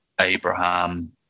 Abraham